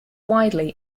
widely